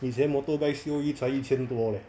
以前 motorbike C_O_E 才一千多 leh